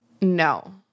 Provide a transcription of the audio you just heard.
no